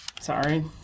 Sorry